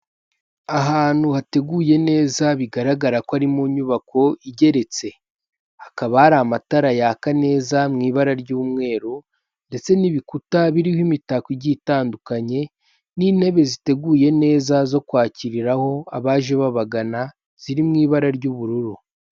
Ahantu hateguye neza bigaragara ko ari mu nyubako igeretse, hakaba hari amatara yaka neza mu ibara ry'umweru ndetse n'ibikuta biriho imitako igiye itandukanye n'intebe ziteguye neza zo kwakiriraho abaje babagana ziri mu ibara ry'ubururu.